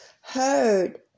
heard